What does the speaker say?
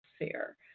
atmosphere